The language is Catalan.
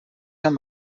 amb